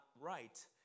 right